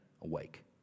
awake